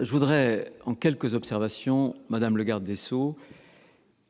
je voudrais en quelques observations, madame le garde des sceaux,